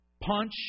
Punch